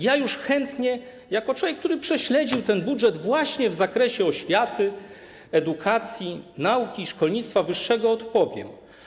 Ja chętnie jako człowiek, który prześledził ten budżet właśnie w zakresie oświaty, edukacji, nauki i szkolnictwa wyższego, odpowiem.